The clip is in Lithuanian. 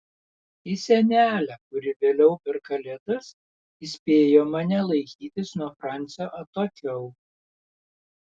į senelę kuri vėliau per kalėdas įspėjo mane laikytis nuo francio atokiau